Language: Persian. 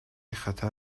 خطر